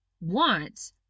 want